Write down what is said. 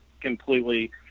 completely –